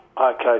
Okay